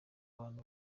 abantu